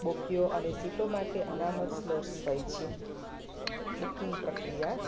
બુકીઓ અને સિટીઓ માટે અનામત સ્લોટ્સ હોય છે બુકિંગ પ્રક્રિયા